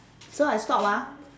so I stop ah